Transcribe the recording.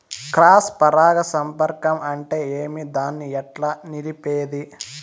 Cross పరాగ సంపర్కం అంటే ఏమి? దాన్ని ఎట్లా నిలిపేది?